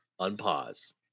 unpause